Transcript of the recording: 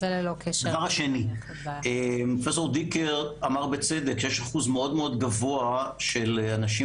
דבר שני: פרופ' דיקר אמר בצדק שיש אחוז מאוד גבוה של אנשים